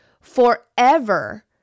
forever